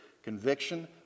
Conviction